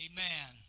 Amen